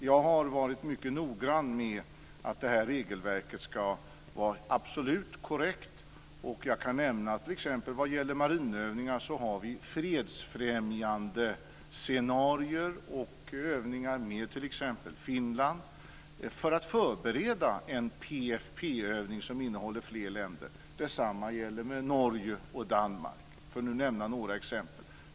Jag har varit mycket noggrann med att regelverket ska vara absolut korrekt. Jag kan nämna att vad gäller t.ex. marinövningar så har vi fredsfrämjande scenarier och övningar med Finland m.fl. för att förbereda en PFF-övning som innehåller fler länder. Detsamma gäller Norge och Danmark, för att nu nämna några exempel.